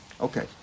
Okay